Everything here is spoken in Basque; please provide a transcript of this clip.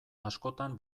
askotan